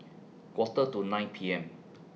Quarter to nine P M